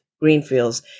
Greenfields